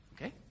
Okay